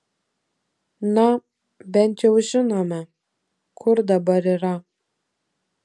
na bent jau žinome kur dabar yra